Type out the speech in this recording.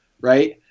Right